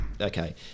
Okay